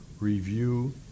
review